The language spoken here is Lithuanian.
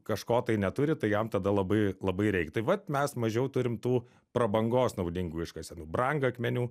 kažko tai neturi tai jam tada labai labai reik tai vat mes mažiau turim tų prabangos naudingų iškasenų brangakmenių